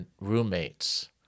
roommates